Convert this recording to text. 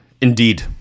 Indeed